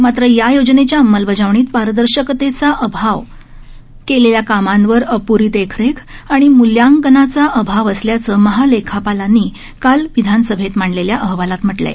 मात्र या योजनेच्या अंमलबजावणीत पारदर्शकतेचा अभाव केलेल्या कामांवर अपूरी देखरेख आणि मुल्यांकनाचा अभाव असल्याचं महालेखापालांनी काल विधानसभेत मांडलेल्या अहवालांत म्हटलं आहे